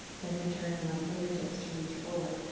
then return the fingertips to reach forward.